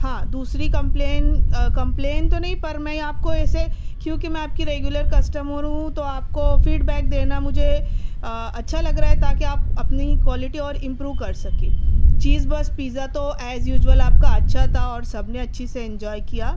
ہاں دسری complain complain تو نہیں پر میں آپ کو ایسے کیوں کہ میں آپ کی ریگولر کسٹمر ہوں تو آپ کو فیڈ بیک دینا مجھے اچھا لگ رہا ہے تاکہ آپ اپنی ہی کوالیٹی اور امپروو کر سکے چیز بس پزا تو ایز یوزول آپ کا اچھا تھا اور سب نے اچھی سے انجوائے کیا